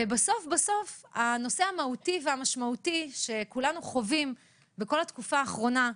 ובסוף בסוף הנושא המהותי והמשמעותי שכולנו חווים בכל התקופה האחרונה,